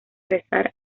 rezar